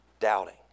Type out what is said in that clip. doubting